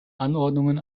anordnungen